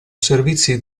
servizi